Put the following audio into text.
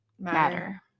matter